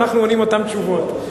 ואנחנו עונים אותן תשובות.